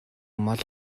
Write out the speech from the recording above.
мал